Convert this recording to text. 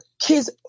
kids